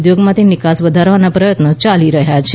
ઉદ્યોગોમાંથી નિકાસ વધારવાના પ્રયત્નો ચાલી રહ્યા છે